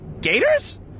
Gators